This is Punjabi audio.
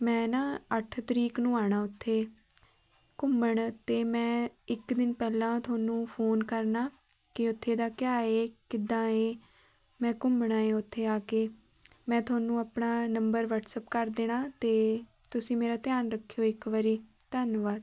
ਮੈਂ ਨਾ ਅੱਠ ਤਰੀਕ ਨੂੰ ਆਉਣਾ ਉਥੇ ਘੁੰਮਣ ਅਤੇ ਮੈਂ ਇੱਕ ਦਿਨ ਪਹਿਲਾਂ ਤੁਹਾਨੂੰ ਫੋਨ ਕਰਨਾ ਕਿ ਉੱਥੇ ਦਾ ਕਿਆ ਏ ਕਿੱਦਾਂ ਏ ਮੈਂ ਘੁੰਮਣਾ ਏ ਉਥੇ ਆ ਕੇ ਮੈਂ ਤੁਹਾਨੂੰ ਆਪਣਾ ਨੰਬਰ ਵੱਟਸਐਪ ਕਰ ਦੇਣਾ ਅਤੇ ਤੁਸੀਂ ਮੇਰਾ ਧਿਆਨ ਰੱਖਿਓ ਇੱਕ ਵਾਰੀ ਧੰਨਵਾਦ